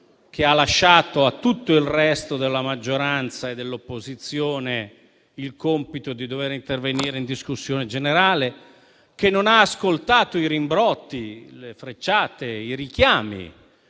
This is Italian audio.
lasciando a tutto il resto della maggioranza e all'opposizione il compito di intervenire in discussione generale, e che non ha ascoltato i rimbrotti, le frecciate e i richiami